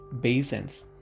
basins